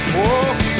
Whoa